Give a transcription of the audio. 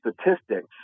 statistics